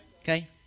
Okay